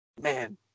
Man